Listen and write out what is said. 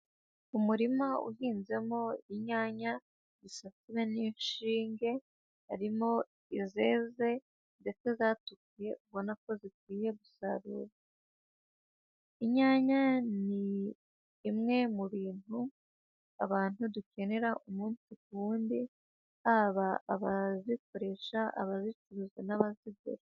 Umurima uhinzemo inyanya zisasijwe n'inshinge, harimo izeze ndetse zatukuye ubona ko zikwiye gusarurwa. Inyanya ni bimwe mu bintu abantu dukenera umunsi ku wundi, haba abazikoresha, abazicuruza n'abazigura.